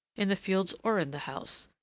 in the fields or in the house,